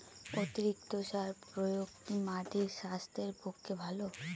অতিরিক্ত সার প্রয়োগ কি মাটির স্বাস্থ্যের পক্ষে ভালো?